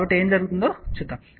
కాబట్టి ఏమి జరుగుతుందో చూద్దాం